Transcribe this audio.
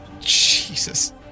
Jesus